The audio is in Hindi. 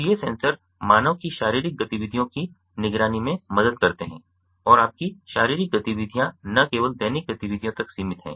तो ये सेंसर मानव की शारीरिक गतिविधियों की निगरानी में मदद करते हैं और आपकी शारीरिक गतिविधियाँ न केवल दैनिक गतिविधियों तक सीमित हैं